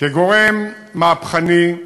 כגורם מהפכני,